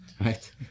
right